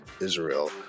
Israel